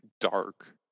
dark